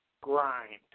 grind